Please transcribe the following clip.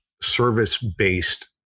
service-based